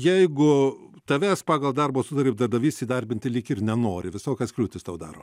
jeigu tavęs pagal darbo sutartį darbdavys įdarbinti lyg ir nenori visokias kliūtis tau daro